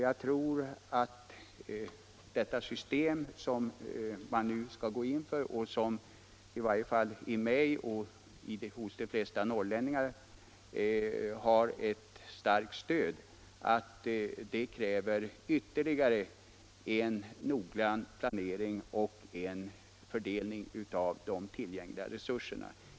Jag tror att detta system med husläkare kräver ännu noggrannare planering och fördelning av de tillgängliga resurserna.